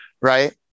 Right